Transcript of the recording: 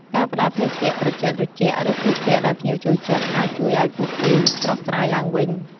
ការផ្ដល់ភេសជ្ជៈត្រជាក់ៗ ឬភេសជ្ជៈដែលភ្ញៀវចូលចិត្ត អាចជួយឱ្យពួកគេស្រស់ស្រាយឡើងវិញ។